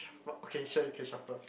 what vacation you can shuffle